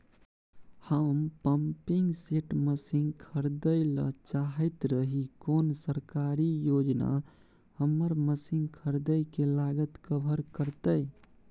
हम pumping set machine खरीदैय ल चाहैत रही कोन सरकारी योजना हमर मसीन खरीदय के लागत कवर करतय?